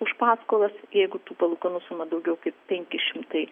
už paskolas jeigu tų palūkanų suma daugiau kaip penki šimtai